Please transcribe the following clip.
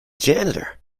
janitor